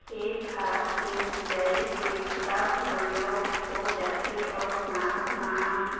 खेत खार के सिंचई के बूता घलोक हो जाथे अउ साथ म